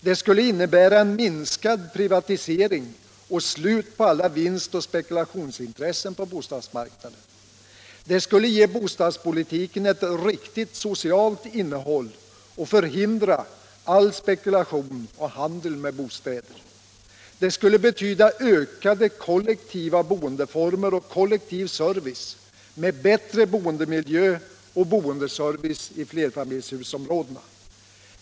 Den skulle innebära en minskad privatisering och ett slut på alla vinstoch spekulationsintressen på bostadsmarknaden. Den skulle få ett riktigt socialt innehåll och förhindra all spekulation och handel med bostäder. Den skulle medföra ökade kollektiva boendeformer och kollektiv service med bättre boendemiljö och boendeservice i flerfamiljshusområdena.